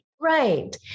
right